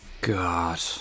God